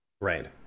right